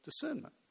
discernment